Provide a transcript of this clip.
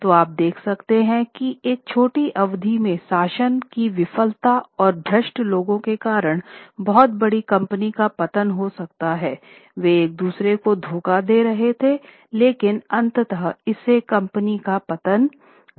तो आप देख सकते हैं की की एक छोटी अवधि में शासन की विफलता और भ्रष्ट लोगों के कारण बहुत बड़ी कंपनी का पतन हो सकता है वे एक दूसरे को धोखा दे रहे थे लेकिन अंततः इससे कंपनी का पतन हुआ